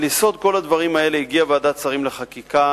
על יסוד כל הדברים האלה הגיעה ועדת שרים לחקיקה,